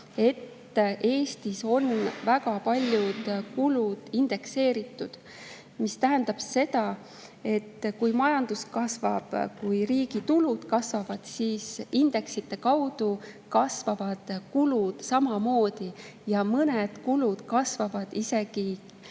et Eestis on väga paljud kulud indekseeritud. See tähendab, et kui majandus kasvab, kui riigi tulud kasvavad, siis indeksite tõttu kasvavad kulud samamoodi ja mõned kulud kasvavad isegi